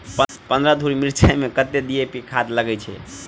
पन्द्रह धूर मिर्चाई मे कत्ते डी.ए.पी खाद लगय छै?